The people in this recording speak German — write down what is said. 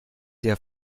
der